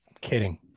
kidding